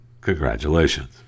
congratulations